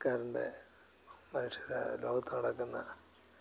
current മനുഷ്യർ ലോകത്ത് നടക്കുന്ന